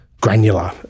granular